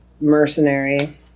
mercenary